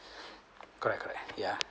correct correct yeah